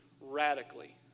radically